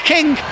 King